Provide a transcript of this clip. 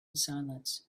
silence